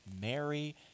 Mary